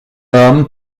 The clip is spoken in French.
homme